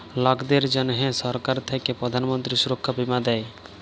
লকদের জনহ সরকার থাক্যে প্রধান মন্ত্রী সুরক্ষা বীমা দেয়